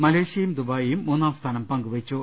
മലേഷ്യയും ദുബായിയും മൂന്നാം സ്ഥാനം പങ്കുവെച്ചു